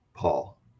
Paul